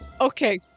Okay